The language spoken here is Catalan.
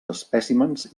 espècimens